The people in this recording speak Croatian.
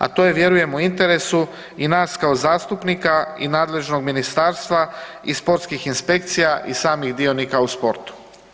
A to je vjerujem u interesu i nas kao zastupnika i nadležnog ministarstva i sportskih inspekcija i samih dionika u sportu.